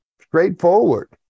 straightforward